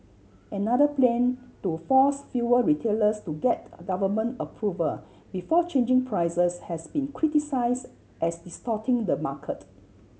another plan to force fuel retailers to get government approval before changing prices has been criticised as distorting the market